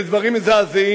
אלו דברים מזעזעים,